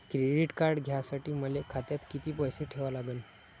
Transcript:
Credit card घ्यासाठी मले खात्यात किती पैसे ठेवा लागन?